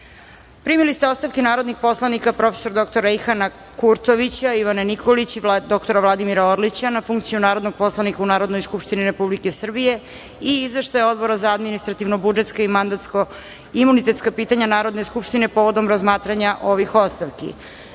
ste ostavke narodnih poslanika prof. dr Rejhana Kurtovića, Ivane Nikolić i dr Vladimira Orlića na funkciju narodnog poslanika u Narodnoj skupštini Republike Srbije i izveštaj Odbora za administrativno-budžetska i mandatsko-imunitetska pitanja Narodne skupštine povodom razmatranja ovih ostavki. Saglasno